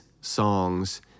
songs